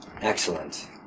Excellent